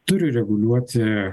turi reguliuoti